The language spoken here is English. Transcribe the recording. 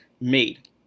made